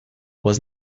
was